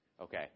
Okay